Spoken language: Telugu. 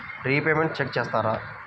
రిపేమెంట్స్ చెక్ చేస్తారా?